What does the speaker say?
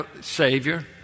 Savior